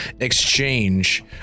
exchange